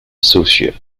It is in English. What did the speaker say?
associate